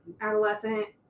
adolescent